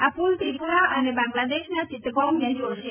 આ પુલ ત્રિપુરા અને બાંગ્લાદેશના ચીત્તગોંગને જોડશે